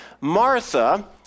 Martha